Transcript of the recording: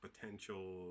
potential